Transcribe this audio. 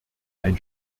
ein